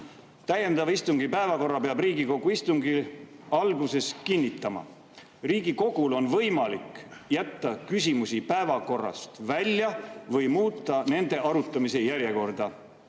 "Täiendava istungi päevakorra peab Riigikogu istungi alguses kinnitama […]. Riigikogul on võimalik jätta küsimusi päevakorrast välja või muuta nende arutamise järjekorda